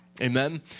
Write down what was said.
Amen